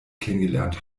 kennengelernt